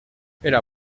era